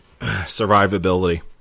survivability